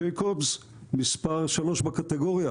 ג'ייקובס מספר שלוש בקטגוריה,